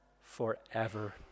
forever